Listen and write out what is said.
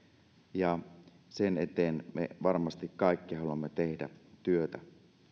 ja sen eteen varmasti me kaikki haluamme tehdä työtä